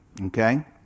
Okay